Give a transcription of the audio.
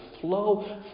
flow